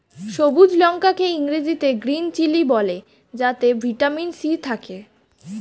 সবুজ লঙ্কা কে ইংরেজিতে গ্রীন চিলি বলে যাতে ভিটামিন সি থাকে